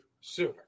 sooner